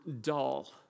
dull